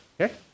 Okay